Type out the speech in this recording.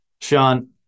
Sean